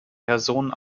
personen